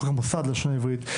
או המוסד ללשון עברית,